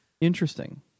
Interesting